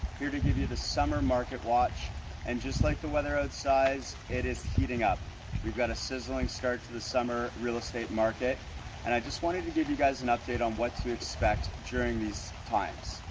here to give you the summer market watch and just like the weather outside, it is heating up we've got a sizzling start to the summer real estate market and i just wanted to give you guys an update on what to expect during these times.